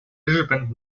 日本